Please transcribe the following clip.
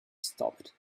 stopped